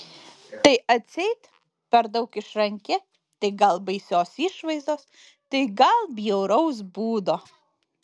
tai atseit per daug išranki tai gal baisios išvaizdos tai gal bjauraus būdo